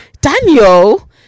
Daniel